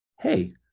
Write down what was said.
hey